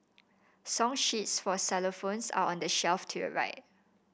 song sheets for xylophones are on the shelf to your right